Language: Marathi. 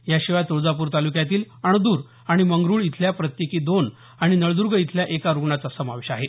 याशिवाय तुळजापूर तालुक्यातील अणदूर आणि मंगरुळ इथल्या प्रत्येकी दोन आणि नळद्र्ग इथल्या एका रुग्णाचा समावेश आहे